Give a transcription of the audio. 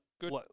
good